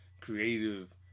creative